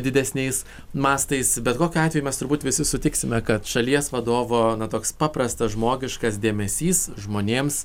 didesniais mastais bet kokiu atveju mes turbūt visi sutiksime kad šalies vadovo toks paprastas žmogiškas dėmesys žmonėms